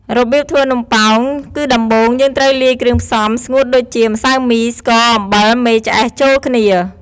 របៀបធ្វើនំប៉ោង គឺដំបូងយើងត្រូវលាយគ្រឿងផ្សំស្ងួតដូចជា ម្សៅមី ស្ករ អំបិល មេឆ្អេះ ចូលគ្នា។